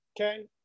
okay